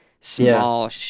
small